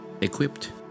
equipped